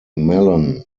mellon